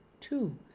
Two